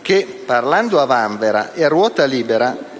che, parlando a vanvera e a ruota libera,